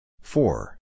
Four